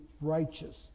righteous